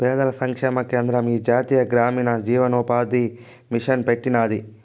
పేదల సంక్షేమ కేంద్రం ఈ జాతీయ గ్రామీణ జీవనోపాది మిసన్ పెట్టినాది